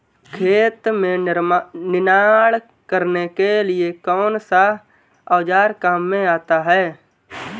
खेत में निनाण करने के लिए कौनसा औज़ार काम में आता है?